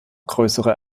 größere